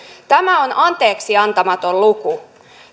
tämä on anteeksiantamaton luku